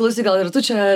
klausyk gal ir tu čia